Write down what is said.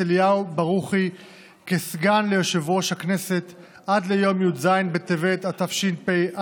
אליהו ברוכי כסגן ליושב-ראש הכנסת עד ליום י"ז בטבת התשפ"א,